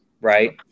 right